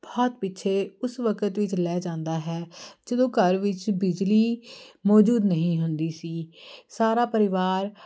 ਬਹੁਤ ਪਿੱਛੇ ਉਸ ਵਕਤ ਵਿੱਚ ਲੈ ਜਾਂਦਾ ਹੈ ਜਦੋਂ ਘਰ ਵਿੱਚ ਬਿਜਲੀ ਮੌਜੂਦ ਨਹੀਂ ਹੁੰਦੀ ਸੀ ਸਾਰਾ ਪਰਿਵਾਰ